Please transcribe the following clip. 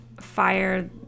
fire